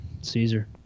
Caesar